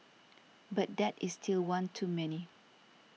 but that is still one too many